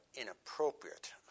inappropriate